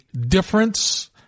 difference